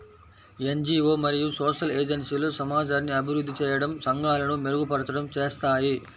NGO మరియు social ఏజెన్సీలు సమాజాన్ని అభివృద్ధి చేయడం, సంఘాలను మెరుగుపరచడం చేస్తాయి